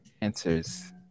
answers